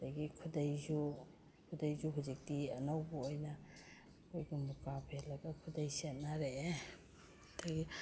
ꯑꯗꯒꯤ ꯈꯨꯗꯩꯁꯨ ꯈꯨꯗꯩꯁꯨ ꯍꯧꯖꯤꯛꯇꯤ ꯑꯅꯧꯕ ꯑꯣꯏꯅ ꯑꯩꯈꯣꯏꯒꯤ ꯃꯨꯒꯥ ꯐꯦꯜꯂꯒ ꯈꯨꯗꯩ ꯁꯦꯠꯅꯔꯛꯑꯦ ꯑꯗꯒꯤ